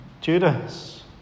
Judas